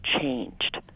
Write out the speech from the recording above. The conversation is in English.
changed